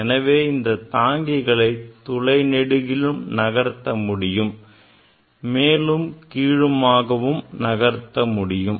எனவே இந்த தாங்கிகளை துளை நெடுகிலும் நகர்த்த முடியும் மேலும் கீழுமாகவும் நகர்த்த முடியும்